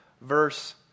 verse